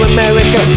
America